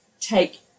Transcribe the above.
take